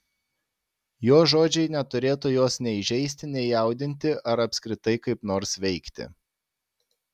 jo žodžiai neturėtų jos nei žeisti nei jaudinti ar apskritai kaip nors veikti